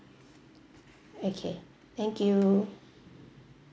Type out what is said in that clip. okay thank you